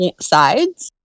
sides